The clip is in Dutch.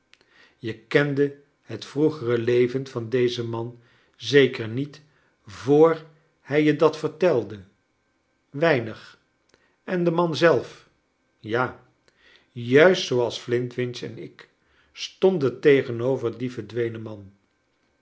je kende het vroegere leven van dezen man zeker niet voor hij je dat vertelde weinig en den man zelf ja juist zooals flintwinch enik stonden tegenover dien verdwenen man